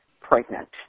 pregnant